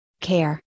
Care